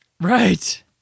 Right